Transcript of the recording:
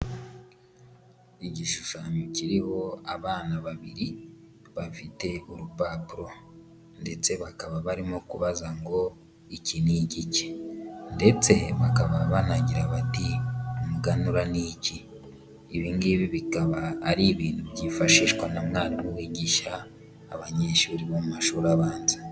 Igishushanyo kiriho abana babiri, bafite urupapuro, ndetse bakaba barimo kubaza ngo iki ni igiki, ndetse bakaba banagira bati umuganura ni iki, ibi ngibi bikaba ari ibintu byifashishwa na mwarimu wigisha abanyeshuri bo mu mashuri abanza.